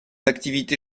activité